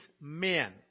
men